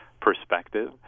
perspective